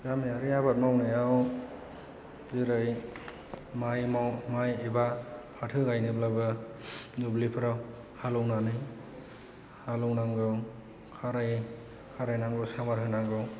गामियारि आबाद मावनायाव जेरै माइ एबा फाथो गायनोब्लाबो दुब्लिफोराव हाल एवनानै हाल एवनांगौ खारायनांगौ सामार होनांगौ